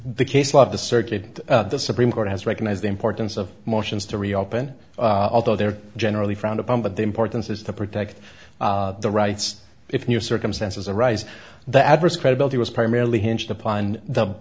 the case law of the circuit and the supreme court has recognized the importance of motions to reopen although they're generally frowned upon but the importance is to protect the rights if new circumstances arise that adverse credibility was primarily hinged upon the